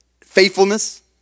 faithfulness